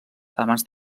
abans